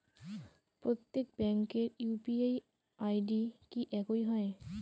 প্রত্যেক ব্যাংকের UPI ID কি একই হয়?